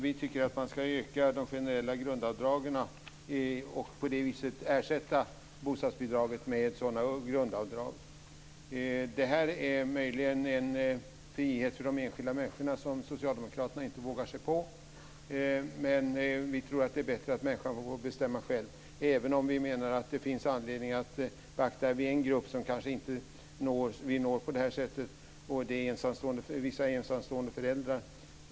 Vi tycker att man ska öka de generella grundavdragen och på det viset ersätta bostadsbidraget med sådana grundavdrag. Det här är möjligen en frihet för de enskilda människorna som socialdemokraterna inte vågar sig på, men vi tror att det är bättre att människan får bestämma själv, även om vi menar att det finns anledning att beakta en grupp, som vi kanske inte når på det här sättet, och det är vissa ensamstående föräldrar.